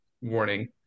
warning